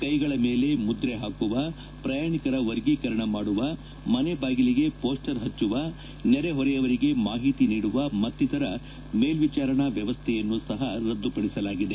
ಕೈಗಳ ಮೇಲೆ ಮುದ್ರೆ ಪಾಕುವ ಪ್ರಯಾಣಿಕರ ವರ್ಗೀಕರಣ ಮಾಡುವ ಮನೆ ಬಾಗಿಲಿಗೆ ಮೋಸ್ಟರ್ ಪಚ್ಚುವ ನೆರೆ ಹೊರೆಯವರಿಗೆ ಮಾಹಿತಿ ನೀಡುವ ಮತ್ತಿತರ ಮೇಲ್ಲಿಚಾರಣಾ ವ್ಯವಸ್ಲೆಯನ್ನು ಸಹ ರದ್ದು ಮಾಡಲಾಗಿದೆ